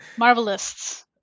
Marvelists